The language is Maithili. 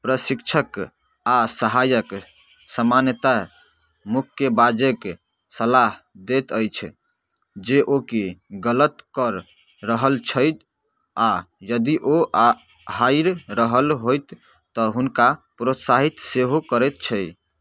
प्रशिक्षक आ सहायक सामान्यतः मुक्केबाजक सलाह दैत अछि जे ओ की गलत कर रहल छथि आ यदि ओ हारि रहल होथि तऽ हुनका प्रोत्साहित सेहो करैत छै